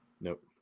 Nope